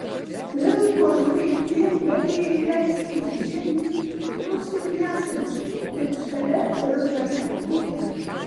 vėl po žvaigždėm galėjai leistis žemyn nors ir nesančia bet žalia ir ramia upe